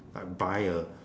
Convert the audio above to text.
I buy a